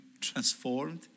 transformed